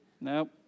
No